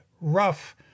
rough